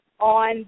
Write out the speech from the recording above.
on